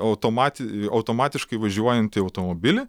automati automatiškai važiuojantį automobilį